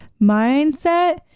mindset